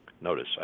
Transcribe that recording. notice